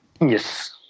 Yes